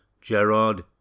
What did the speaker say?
Gerard